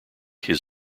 his